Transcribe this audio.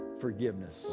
forgiveness